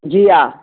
जी हा